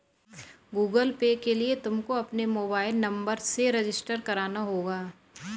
Google Pay के लिए तुमको अपने मोबाईल नंबर से रजिस्टर करना होगा